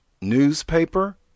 newspaper